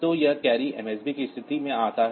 तो यह कैरी मसब की स्थिति में आता है